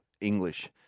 English